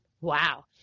wow